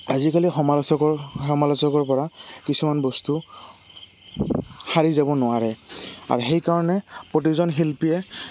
আজিকালি সমালোচকৰ সমালোচকৰ পৰা কিছুমান বস্তু সাৰি যাব নোৱাৰে আৰু সেইকাৰণে প্ৰতিজন শিল্পীয়ে